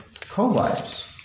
co-wives